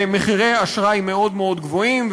במחירי אשראי מאוד מאוד גבוהים.